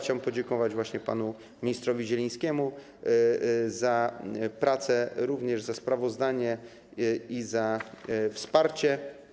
Chciałbym podziękować właśnie panu ministrowie Zielińskiemu za pracę, jak również za sprawozdanie i wsparcie.